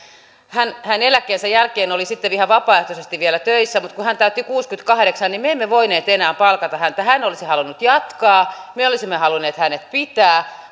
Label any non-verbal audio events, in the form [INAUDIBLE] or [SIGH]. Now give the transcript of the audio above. hän hän eläkkeensä jälkeen oli sitten ihan vapaaehtoisesti vielä töissä mutta kun hän täytti kuusikymmentäkahdeksan niin me emme voineet enää palkata häntä hän olisi halunnut jatkaa me olisimme halunneet hänet pitää [UNINTELLIGIBLE]